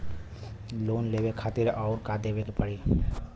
Loan लेवे खातिर अउर का देवे के पड़ी?